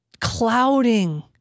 clouding